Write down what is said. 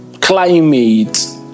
climate